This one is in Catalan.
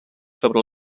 sobre